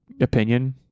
opinion